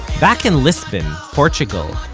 back in lisbon, portugal,